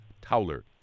Towler